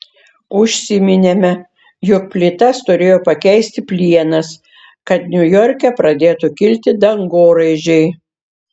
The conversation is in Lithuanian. užsiminėme jog plytas turėjo pakeisti plienas kad niujorke pradėtų kilti dangoraižiai